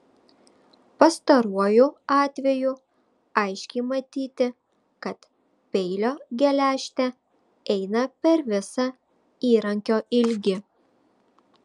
pastaruoju atveju aiškiai matyti kad peilio geležtė eina per visą įrankio ilgį